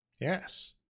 Yes